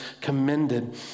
commended